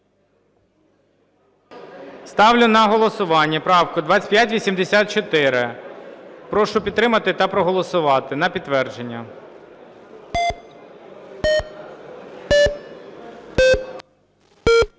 Ставлю на голосування правку 2584. Прошу підтримати та проголосувати на підтвердження.